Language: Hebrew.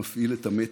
מפעיל את המתג.